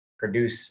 produce